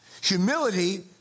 Humility